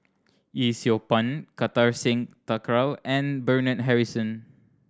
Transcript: Yee Siew Pun Kartar Singh Thakral and Bernard Harrison